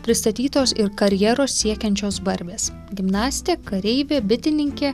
pristatytos ir karjeros siekiančios barbės gimnastė kareivė bitininkė